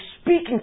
speaking